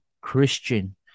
Christian